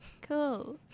cool